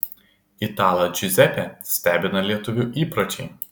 italą džiuzepę stebina lietuvių įpročiai